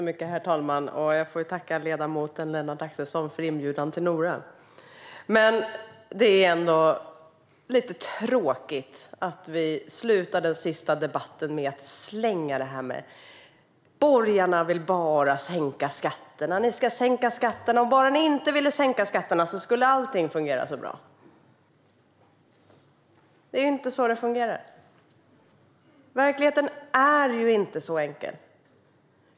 Herr talman! Jag tackar ledamoten Axelsson för inbjudan till Nora. Det är ändå lite tråkigt att sluta den sista debatten med att säga att borgarna bara vill sänka skatterna och att om borgarna bara inte ville sänka skatterna skulle allt fungera så bra. Det är inte så det fungerar. Verkligheten är inte så enkel.